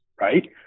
right